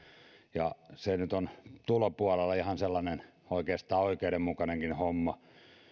ja se nyt on tulopuolella ihan sellainen oikeastaan oikeudenmukainenkin homma